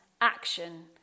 action